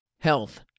Health